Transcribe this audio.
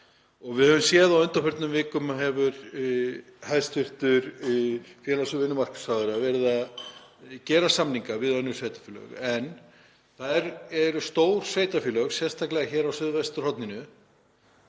við höfum séð að á undanförnum vikum hefur hæstv. félags- og vinnumarkaðsráðherra verið að gera samninga við önnur sveitarfélög, en það eru stór sveitarfélög, sérstaklega hér á suðvesturhorninu,